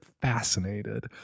fascinated